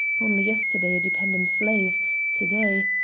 only yesterday a dependent slave to-day,